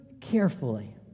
carefully